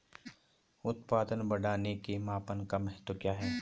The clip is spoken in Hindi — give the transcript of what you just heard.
उत्पादन बढ़ाने के मापन का महत्व क्या है?